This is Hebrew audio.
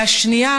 השני,